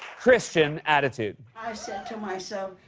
christian attitude. i said to myself,